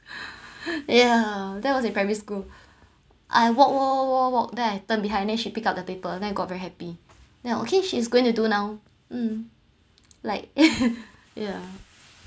yeah that was in primary school I walk walk walk walk walk then I turn behind then she pick up the paper then I got very happy then okay she's going to do now um like yeah